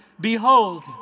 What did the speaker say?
behold